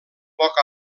poc